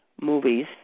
movies